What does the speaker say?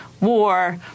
war